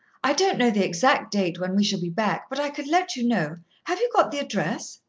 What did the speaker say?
i don't know the exact date when we shall be back, but i could let you know. have you got the address?